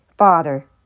Father